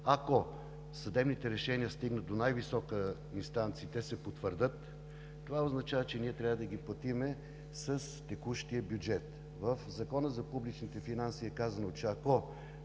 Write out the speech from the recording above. Ако съдебните решения стигнат до най-висока инстанция и те се потвърдят, това означава, че ние трябва да ги платим с текущия бюджет. В Закона за публичните финанси е казано, че ако